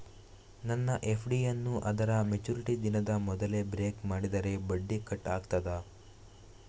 ನನ್ನ ಎಫ್.ಡಿ ಯನ್ನೂ ಅದರ ಮೆಚುರಿಟಿ ದಿನದ ಮೊದಲೇ ಬ್ರೇಕ್ ಮಾಡಿದರೆ ಬಡ್ಡಿ ಕಟ್ ಆಗ್ತದಾ?